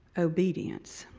obedience.